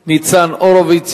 ניצן הורוביץ.